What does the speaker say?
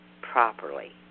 properly